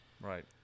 Right